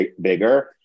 bigger